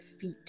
feet